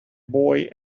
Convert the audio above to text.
boy